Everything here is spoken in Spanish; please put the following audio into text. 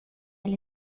del